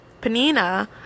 panina